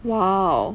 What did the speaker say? !wow!